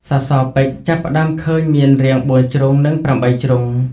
សសរពេជ្រចាប់ផ្ដើមឃើញមានរាង៤ ជ្រុង និង ៨ ជ្រុង។